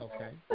Okay